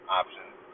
options